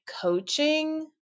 coaching